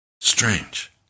Strange